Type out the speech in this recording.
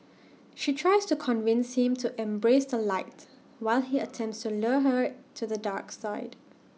she tries to convince him to embrace the light while he attempts to lure her to the dark side